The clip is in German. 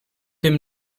dem